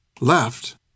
Left